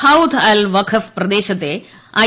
ഹൌധ് അൽ വഖഫ് പ്രദേശത്തെ ഐ